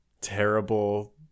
terrible